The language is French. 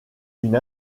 une